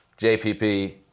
JPP